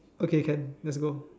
okay can let's go